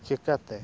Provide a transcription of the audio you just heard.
ᱪᱤᱠᱟᱹᱛᱮ